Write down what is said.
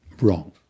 wrong